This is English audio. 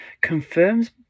confirms